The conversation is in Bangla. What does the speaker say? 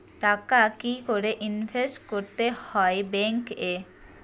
টাকা কি করে ইনভেস্ট করতে হয় ব্যাংক এ?